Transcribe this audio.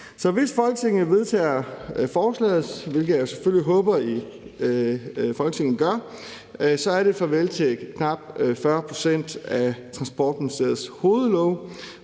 hvis Folketinget vedtager forslaget, hvilket jeg håber Folketinget gør, er det farvel til knap 40 pct. af Transportministeriets hovedlove.